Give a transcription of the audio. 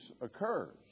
occurs